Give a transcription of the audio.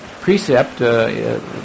Precept